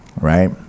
Right